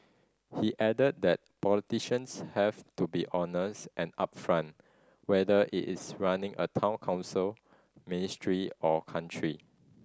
he added that politicians have to be honest and upfront whether it is running a Town Council ministry or country